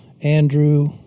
Andrew